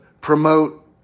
promote